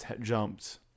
jumped